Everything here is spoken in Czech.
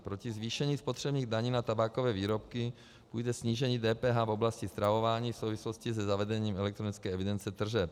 Proti zvýšení spotřebních daní na tabákové výrobky půjde snížení DPH v oblasti stravování v souvislosti se zavedením elektronické evidence tržeb.